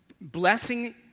blessing